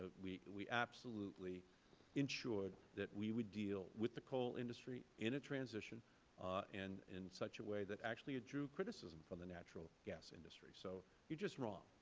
but we we absolutely insured that we would deal with the coal industry in a transition and in such a way that actually drew criticism from the natural gas industry. so you are just wrong.